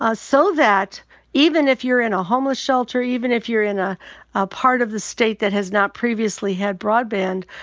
ah so that even if you're in a homeless shelter, even if you're in a a part of the state that has not previously had broadband,